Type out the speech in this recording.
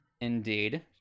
Indeed